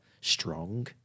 strong